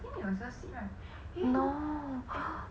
no